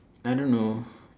I don't know